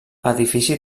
edifici